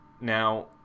now